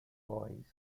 boys